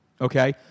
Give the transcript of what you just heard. okay